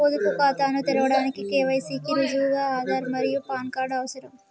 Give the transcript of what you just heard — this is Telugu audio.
పొదుపు ఖాతాను తెరవడానికి కే.వై.సి కి రుజువుగా ఆధార్ మరియు పాన్ కార్డ్ అవసరం